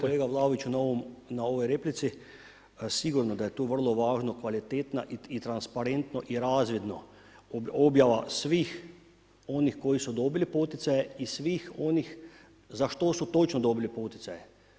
Hvala vam kolega Vlaović na ovoj replici, sigurno da je tu vrlo važna kvalitetna i transparentna i razvidna objava svih onih koji su dobili poticaje i svih onih za što su točno dobili poticaje.